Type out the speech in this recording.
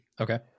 Okay